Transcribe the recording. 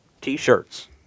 T-shirts